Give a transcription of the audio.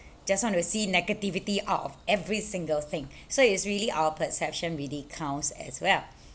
just want to see negativity out of every single thing so it's really our perception really counts as well